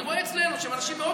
אני רואה אצלנו שגם אנשים שהם מאוד